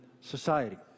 society